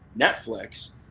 Netflix